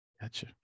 Gotcha